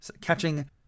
catching